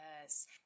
Yes